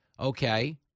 Okay